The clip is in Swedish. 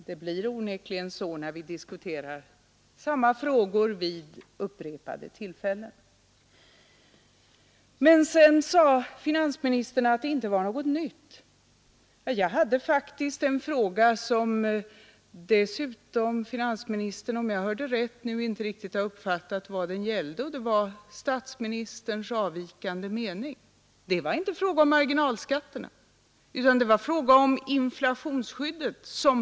Det blir onekligen så när vi diskuterar samma frågor vid upprepade tillfällen. Jag hade faktiskt en ny fråga som finansministern tydligen inte riktigt uppfattade. Den gällde statsministerns avvikande mening. Det var inte fråga om marginalskatterna utan om inflationsskyddet.